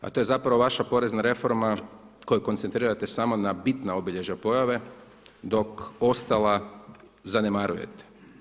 A to je zapravo vaša porezna reforma koju koncentrirate samo na bitna obilježja pojave dok ostala zanemarujete.